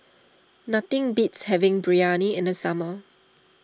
nothing beats having Biryani in the summer